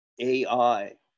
AI